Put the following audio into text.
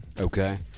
Okay